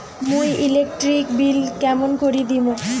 মুই electric bill কেমন করি দিম?